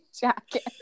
jacket